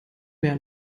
mehr